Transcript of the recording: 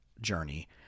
journey